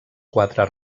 quatre